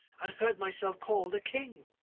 and heard myself called a king.